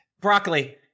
Broccoli